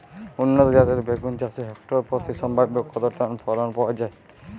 উন্নত জাতের বেগুন চাষে হেক্টর প্রতি সম্ভাব্য কত টন ফলন পাওয়া যায়?